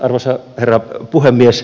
arvoisa herra puhemies